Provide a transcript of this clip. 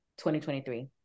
2023